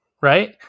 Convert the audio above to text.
right